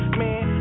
man